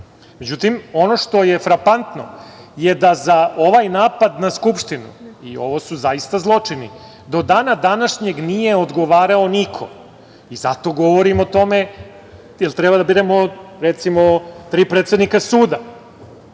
tada.Međutim, ono što je frapantno je da za ovaj napad na Skupštinu i ovo su zaista zločini, do dana današnjeg nije odgovarao niko i zato govorim o tome, jer treba da biramo recimo tri predsednika suda.